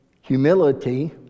humility